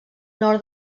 nord